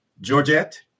Georgette